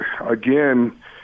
again